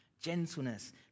gentleness